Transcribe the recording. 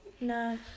No